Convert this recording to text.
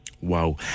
Wow